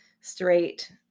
straight